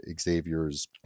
Xavier's